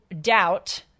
doubt